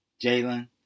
Jalen